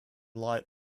light